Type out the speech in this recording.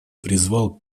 призвал